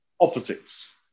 opposites